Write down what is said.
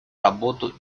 работу